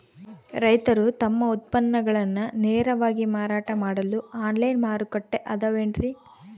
ರೈತರು ತಮ್ಮ ಉತ್ಪನ್ನಗಳನ್ನ ನೇರವಾಗಿ ಮಾರಾಟ ಮಾಡಲು ಆನ್ಲೈನ್ ಮಾರುಕಟ್ಟೆ ಅದವೇನ್ರಿ?